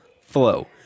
flow